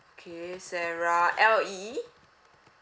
okay sarah L E E